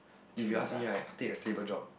if you ask me right I take a stable job